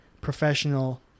professional